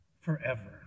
forever